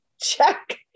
Check